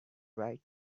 right